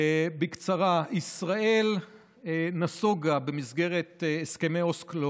בקצרה: ישראל נסוגה במסגרת הסכמי אוסלו